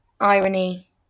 irony